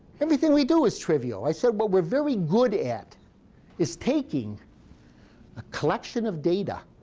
everything we do is trivial. i said what we're very good at is taking a collection of data